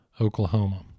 Oklahoma